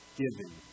giving